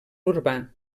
urbà